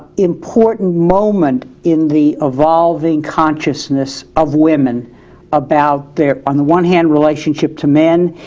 important moment in the evolving consciousness of women about their, on the one hand, relationship to men,